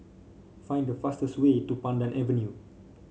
find the fastest way to Pandan Avenue